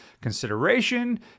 consideration